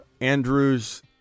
Andrews